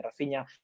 Rafinha